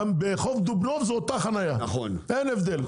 ברח' דובנוב זו אותה חנייה, אין הבדל.